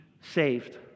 saved